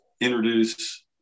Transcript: introduce